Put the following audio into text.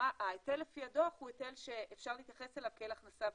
ההיטל לפי הדוח הוא היטל שאפשר להתייחס אליו כאל הכנסה ודאית.